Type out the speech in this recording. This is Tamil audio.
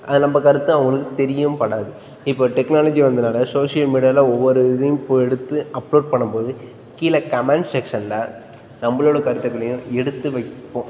நம்ம கருத்தை அவங்களுக்கு தெரியவும் படாது இப்போ டெக்னாலஜி வந்ததுனால சோஷியல் மீடியாவில் ஒவ்வொரு இதையும் இப்போ எடுத்து அப்லோட் பண்ணும் போது கீழே கமெண்ட் செக்ஷனில் நம்மளோட கருத்துக்களையும் எடுத்து வைப்போம்